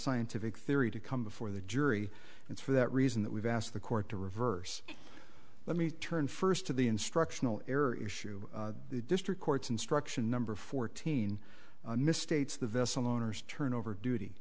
scientific theory to come before the jury and for that reason that we've asked the court to reverse let me turn first to the instructional error issue the district court's instruction number fourteen misstates the vessel owners turned over duty